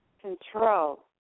control